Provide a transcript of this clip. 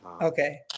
Okay